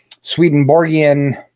Swedenborgian